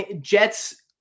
Jets